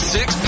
Six